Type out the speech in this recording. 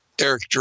Eric